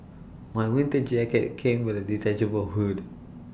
my winter jacket came with A detachable hood